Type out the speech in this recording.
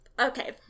Okay